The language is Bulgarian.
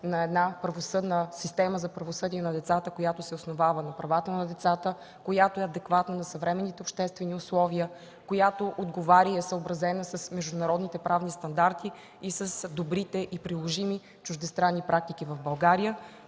на една правосъдна система за правосъдие на децата, която се основава на правата на децата, която е адекватна на съвременните обществени условия, която отговаря и е съобразена с международните правни стандарти и с добрите и приложими чуждестранни практики в България.